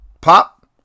Pop